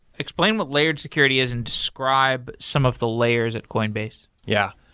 explain what layered security is and describe some of the layers at coinbase. yeah.